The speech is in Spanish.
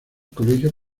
colegio